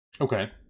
Okay